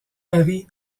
mari